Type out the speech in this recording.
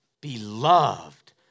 beloved